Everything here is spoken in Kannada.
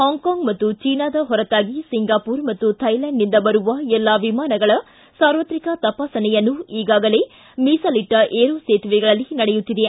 ಹಾಂಗ್ ಕಾಂಗ್ ಮತ್ತು ಚೀನಾದ ಹೊರತಾಗಿ ಸಿಂಗಾಮರ ಮತ್ತು ಥೈಲ್ಯಾಂಡ್ನಿಂದ್ ಬರುವ ಎಲ್ಲಾ ವಿಮಾನಗಳ ಸಾರ್ವತ್ರಿಕ ತಪಾಸಣೆಯನ್ನು ಈಗಾಗಲೇ ಮೀಸಲಿಟ್ಟ ಏರೋ ಸೇತುವೆಗಳಲ್ಲಿ ನಡೆಯುತ್ತಿದೆ